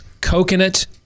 coconut